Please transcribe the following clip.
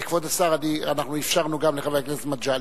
כבוד השר, אנחנו אפשרנו גם לחבר הכנסת מגלי.